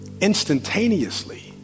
instantaneously